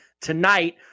tonight